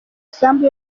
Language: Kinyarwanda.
isambu